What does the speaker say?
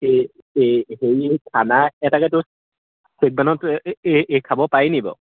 এই এই হেৰি খানা এটাকে তোৰ শ্বহীদবনত এই এই খাব পাৰি নেকি বাৰু